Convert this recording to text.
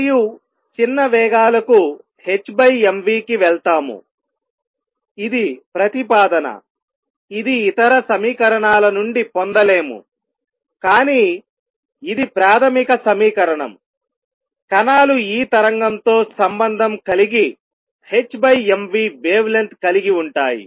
మరియు చిన్న వేగాలకు hmv కి వెళ్తాముఇది ప్రతిపాదనఇది ఇతర సమీకరణాల నుండి పొందలేము కానీ ఇది ప్రాథమిక సమీకరణంకణాలు ఈ తరంగంతో సంబంధం కలిగి hmv వేవ్ లెంగ్త్ కలిగి ఉంటాయి